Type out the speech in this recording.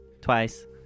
twice